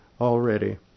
already